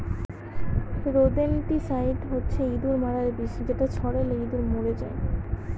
rodenticide হচ্ছে ইঁদুর মারার বিষ যেটা ছড়ালে ইঁদুর মরে যায়